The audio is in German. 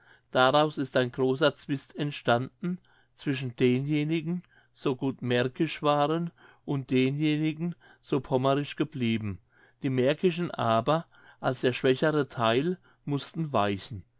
daraus ist ein großer zwist entstanden zwischen denjenigen so gut märkisch waren und denjenigen so pommerisch geblieben die märkischen aber als der schwächere theil mußten weichen